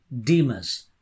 Demas